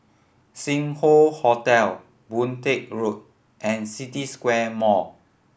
Sing Hoe Hotel Boon Teck Road and City Square Mall